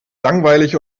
langweilig